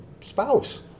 spouse